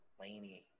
Laney